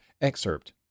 Excerpt